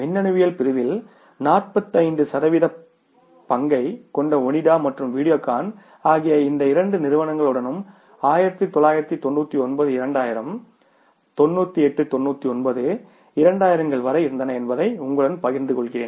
மின்னணுவியல் பிரிவில் 45 சதவிகித சந்தைப் பங்கைக் கொண்ட ஒனிடா மற்றும் வீடியோகான் ஆகியவை இந்த இரண்டு நிறுவனங்களுடனும் 1999 2000 98 99 2000 கள் வரை இருந்தன என்பதை உங்களுடன் பகிர்ந்து கொள்கிறேன்